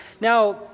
Now